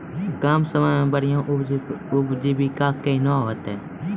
कम समय मे बढ़िया उपजीविका कहना?